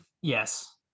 Yes